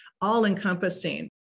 all-encompassing